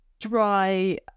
dry